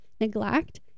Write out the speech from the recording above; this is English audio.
neglect